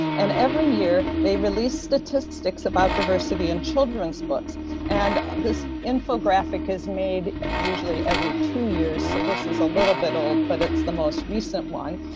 and every year they release statistics about diversity in children's books and this infographic is made usually every two years. so this is a little bit old but it's the most recent one,